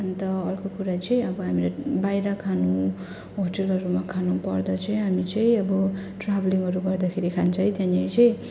अन्त अर्को कुरा चाहिँ अब हामीलाई बाहिर खानु होटलहरूमा खानुपर्दा चाहिँ हामी चाहिँ अब ट्रेभलिङहरू गर्दाखेरि खान्छ है त्यहाँनेर चाहिँ